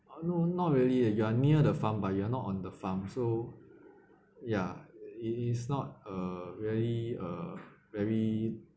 oh no not really uh you are near the farm but you are not on the farm so ya it is not uh really uh very